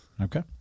okay